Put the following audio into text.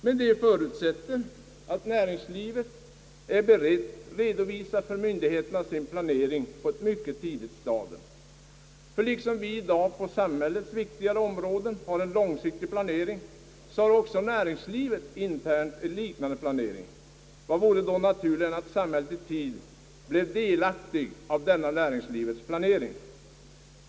Men detta förutsätter, att näringslivet är berett att redovisa för myndigheterna sin planering på ett mycket tidigt stadium. Ty liksom vi i dag på samhällets viktigare områden har en långsiktig planering, så har också näringslivet internt en liknande planering. Vad vore då naturligare än att samhället i tid blev delaktigt av denna näringslivets planering?